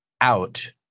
out